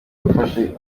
yafashe